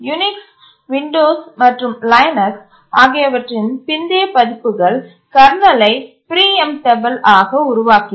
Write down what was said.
Unix Windows மற்றும் Linux ஆகியவற்றின் பிந்தைய பதிப்புகள் கர்னலை பிரீஎம்டபல் ஆக உருவாக்கின